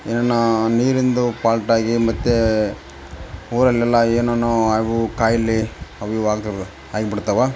ಇನ್ನೂ ನೀರಿಂದು ಪಾಲ್ಟ್ ಆಗಿ ಮತ್ತು ಊರಲೆಲ್ಲ ಏನೇನೋ ಅವು ಖಾಯಿಲೆ ಅವು ಇವು ಆ ಥರದ್ ಆಗ್ಬಿಡ್ತಾವ